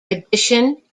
addition